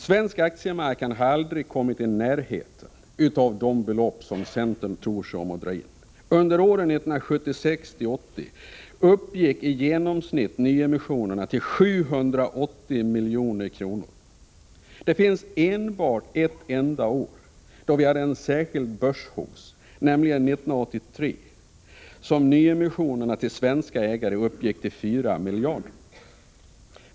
Svensk aktiemarknad har aldrig kommit i närheten av de belopp som centern tror sig om att dra in. Under åren 1976-1980 uppgick i genomsnitt nyemissionerna till 780 milj.kr. Det är enbart under ett år, då vi hade en särskild börshausse, nämligen 1983, som nyemissionerna till svenska ägare har uppgått till 4 miljarder.